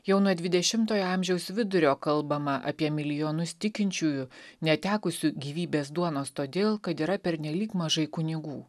jau nuo dvidešimtojo amžiaus vidurio kalbama apie milijonus tikinčiųjų netekusių gyvybės duonos todėl kad yra pernelyg mažai kunigų